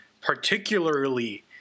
particularly